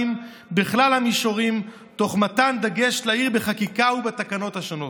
בכלל המישורים תוך מתן דגש לעיר בחקיקה ובתקנות השונות.